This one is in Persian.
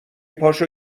پاشو